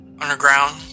underground